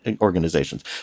organizations